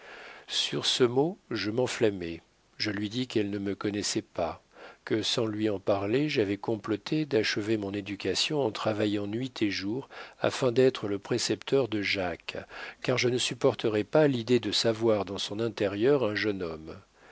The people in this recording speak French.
sur ce mot je m'enflammai je lui dis qu'elle ne me connaissait pas que sans lui en parler j'avais comploté d'achever mon éducation en travaillant nuit et jour afin d'être le précepteur de jacques car je ne supporterais pas l'idée de savoir dans son intérieur un jeune homme